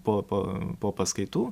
po po po paskaitų